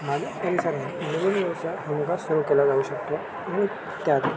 माझ्या परिसरात नवीन व्यवसाय हमखास सुरू केला जाऊ शकतो आणि त्यात